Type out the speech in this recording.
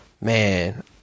man